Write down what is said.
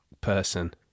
person